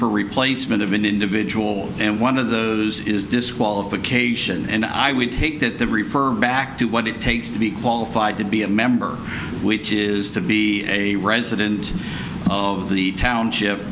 for replacement of an individual and one of those is disqualification and i would take that the refer back to what it takes to be qualified to be a member which is to be a resident of the township